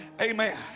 Amen